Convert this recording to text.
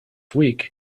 week